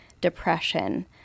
depression